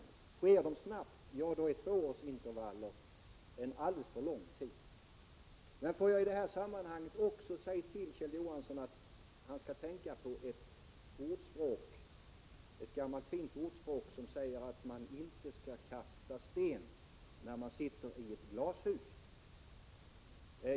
Sker de snabbt är två år en alldeles för lång tid. Får jag i det här sammanhanget också säga till Kjell Johansson att han skall tänka på ett gammalt fint ordspråk som säger att man inte skall kasta sten när man sitter i glashus.